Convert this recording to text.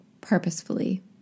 purposefully